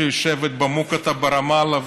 שיושבת במוקטעה ברמאללה,